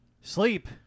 Sleep